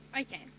Okay